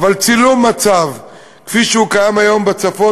אבל צילום המצב כפי שהוא קיים היום בצפון